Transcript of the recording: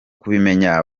kubimenya